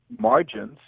margins